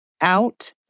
out